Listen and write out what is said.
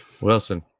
wilson